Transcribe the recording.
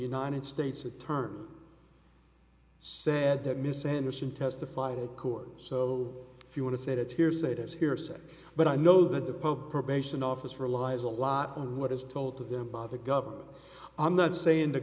united states attorney said that miss anderson testified in court so if you want to say it's hearsay it is hearsay but i know that the pope probation officer allies a lot of what is told to them by the government i'm not saying the